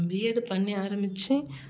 BEd பண்ணி ஆரம்மிச்சி